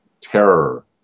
terror